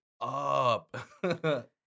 up